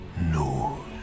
knows